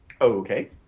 okay